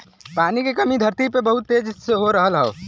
पानी के कमी धरती पे बहुत तेज हो रहल हौ